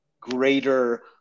greater